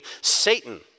Satan